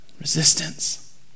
Resistance